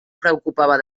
preocupava